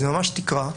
זאת ממש תקרה.